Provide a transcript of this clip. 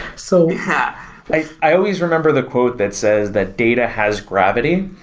so yeah i i always remember the quote that says that data has gravity.